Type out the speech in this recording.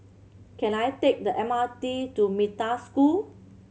can I take the M R T to Metta School